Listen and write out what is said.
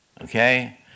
Okay